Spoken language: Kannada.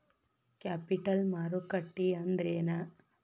ಕ್ಯಾಪಿಟಲ್ ಮಾರುಕಟ್ಟಿ ಅಂದ್ರೇನ?